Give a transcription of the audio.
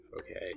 okay